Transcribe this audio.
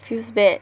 feels bad